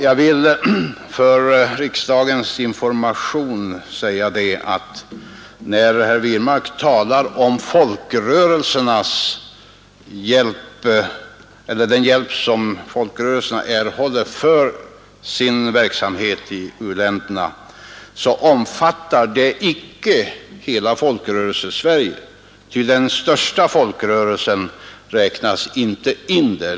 Jag vill för riksdagens information säga att när herr Wirmark talar om den hjälp som folkrörelserna erhåller för sin verksamhet i u-länderna omfattar det icke hela Folkrörelsesverige, ty den största folkrörelsen räknas inte in där.